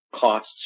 costs